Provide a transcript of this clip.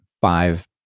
five